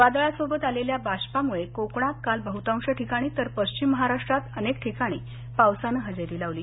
वादळासोबत आलेल्या बाष्पामुळे कोकणात काल बहतांश ठिकाणी तर पश्चिम महाराष्ट्रात अनेक ठिकाणी पावसानं हजेरी लावली